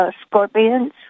scorpions